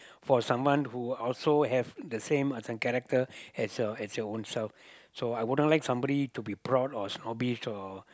for someone who also have the same as in character as your as your ownself so I wouldn't like somebody to be proud or snobbish or